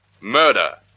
Murder